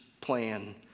plan